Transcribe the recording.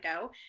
go